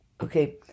okay